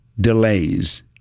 delays